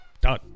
Done